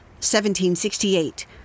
1768